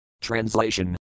Translation